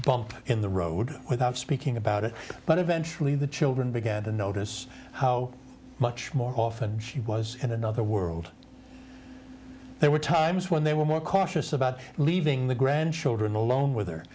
bump in the road without speaking about it but eventually the children began to notice how much more often she was in another world there were times when they were more cautious about leaving the grandchildren alone with her